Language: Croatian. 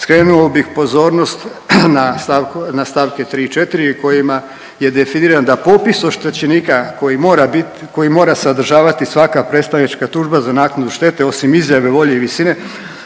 skrenuo bih pozornost na st. 3. i 4. kojima je definiran da popis oštećenika koji mora biti koji mora sadržavati svaka predstavnička tužba za naknadu štetu osim izjave volje i visine